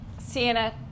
Sienna